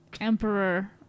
emperor